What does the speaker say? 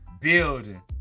building